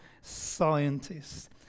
scientists